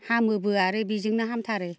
हामोबो आरो बिजोंनो हामथारो